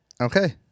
okay